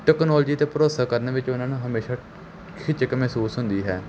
technology 'ਤੇ ਭਰੋਸਾ ਕਰਨ ਵਿੱਚ ਉਹਨਾਂ ਨੂੰ ਹਮੇਸ਼ਾਂ ਝਿਜਕ ਮਹਿਸੂਸ ਹੁੰਦੀ ਹੈ